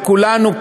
וכולנו,